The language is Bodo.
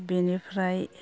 बेनिफ्राय